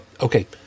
Okay